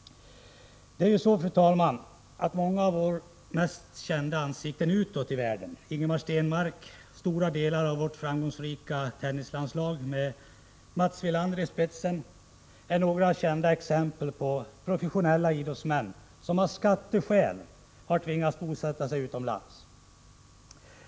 Många av våra mest kända ansikten utåt i världen — Ingemar Stenmark och stora delar av vårt framgångsrika tennislandslag med Mats Wilander i spetsen är några kända exempel på professionella idrottsmän — har av skatteskäl tvingats bosätta sig utomlands.